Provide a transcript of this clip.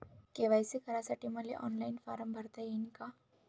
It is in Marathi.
के.वाय.सी करासाठी मले ऑनलाईन फारम भरता येईन का?